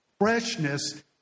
freshness